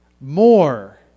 more